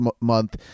month